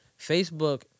Facebook